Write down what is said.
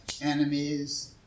enemies